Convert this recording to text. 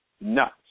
nuts